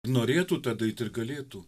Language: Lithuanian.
norėtų tą daryti ir galėtų